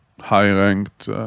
high-ranked